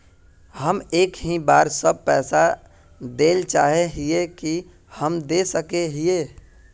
हम एक ही बार सब पैसा देल चाहे हिये की हम दे सके हीये?